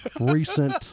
recent